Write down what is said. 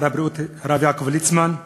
שר הבריאות הרב יעקב ליצמן,